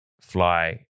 Fly